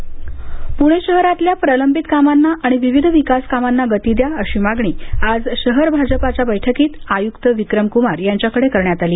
प्णे शहरातल्या प्रलंबित कामांना आणि विविध विकासकामांना गती द्या अशी मागणी आज शहर भाजपाच्या बैठकीत आयुक्त विक्रम कुमार यांच्याकडे करण्यात आली